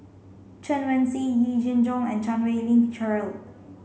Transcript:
Chen Wen Hsi Yee Jenn Jong and Chan Wei Ling Cheryl